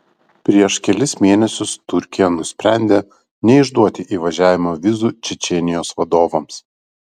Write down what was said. prieš kelis mėnesius turkija nusprendė neišduoti įvažiavimo vizų čečėnijos vadovams